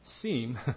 seem